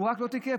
הוא רק לא תיקף,